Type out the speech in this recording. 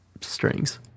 strings